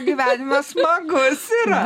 gyvenimas smagus ir